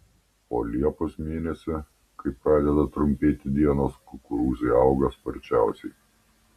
o liepos mėnesį kai pradeda trumpėti dienos kukurūzai auga sparčiausiai